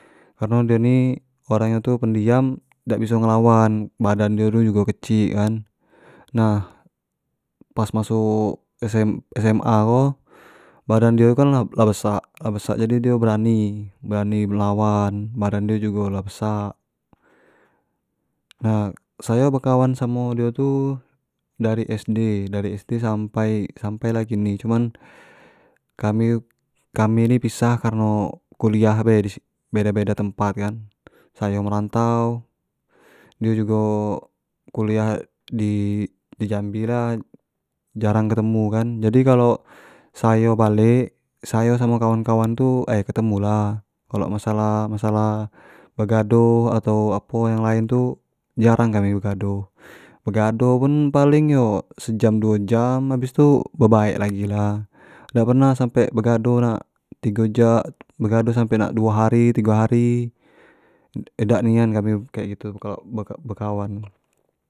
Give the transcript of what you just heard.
Kareno dio ini orang nyo pendiam dak biso melawan, badan dio tu jugo kecik kan, nah pas masuk sm- sma ko, badan dio kan lah besak, jadi dio berani, dio berani melawan, badan dio jugo lah besak nah sayo bekawan samo dio tu dari sd, dari sd sampai kini cuman kami kami ni pisah kareno kuliah be di si beda beda tempat kan, sayo merantau dio jugo kuliah di jambi lah, jarang ketemu kan, jadi kalau sayo balek, sayo samo kawan kawan tu ai ketemu lah, kalau masalah masalah begadoh atau yang lain tu jarang kami begadoh, begadoh tu pun paling yo se jamdu jam habis tu yo be baek tu lah, dak pernah sampe begadoh tigo jam, begadoh sampe nak duo hari tigo hari idak nian kami kek gitu kalau beka-bekawan.